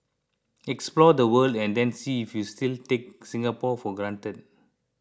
explore the world and then see if you still take Singapore for granted